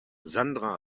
sandra